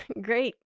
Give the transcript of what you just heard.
great